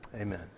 Amen